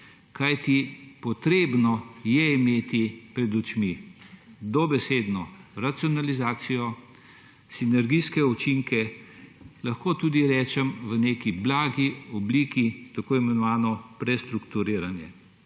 je treba imeti dobesedno racionalizacijo, sinergijske učinke, lahko tudi rečem, da v neki blagi obliki tako imenovano prestrukturiranje.